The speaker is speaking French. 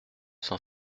cent